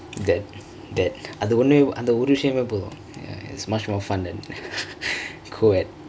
that that அந்த ஒன்னு அந்த ஒறு விஷயமே போதும்:andtha onnu andtha oru vishayame pothum that it's much more fun then coed